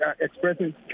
expressing